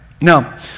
Now